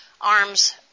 arms